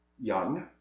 young